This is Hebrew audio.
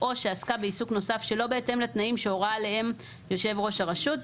או שעסקה בעיסוק נוסף שלא בהתאם לתנאים שהורה עליהם יושב ראש הרשות,